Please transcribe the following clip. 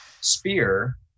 spear